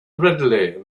readily